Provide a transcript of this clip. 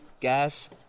Gas